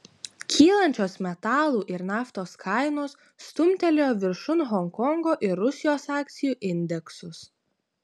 kylančios metalų ir naftos kainos stumtelėjo viršun honkongo ir rusijos akcijų indeksus